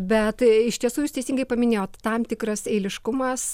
bet iš tiesų jūs teisingai paminėjot tam tikras eiliškumas